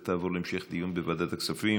לסדר-היום תעבור להמשך דיון בוועדת הכספים.